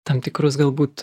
tam tikrus galbūt